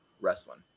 wrestling